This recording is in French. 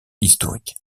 historique